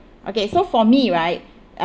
okay so for me right uh